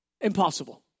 Impossible